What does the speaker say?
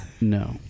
No